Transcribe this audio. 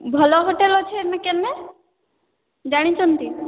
ଭଲ ହୋଟେଲ ଅଛି ଏନେ କେନେ ଜାଣିଛନ୍ତି